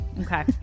Okay